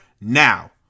now